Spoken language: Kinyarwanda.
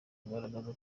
kugaragaza